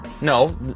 No